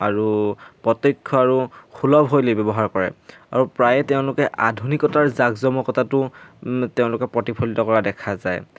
আৰু প্ৰত্যক্ষ আৰু সুলভশৈলী ব্যৱহাৰ কৰে আৰু প্ৰায়ে তেওঁলোকে আধুনিকতাৰ জাক জমকতাটো তেওঁলোকে প্ৰতিফলিত কৰা দেখা যায়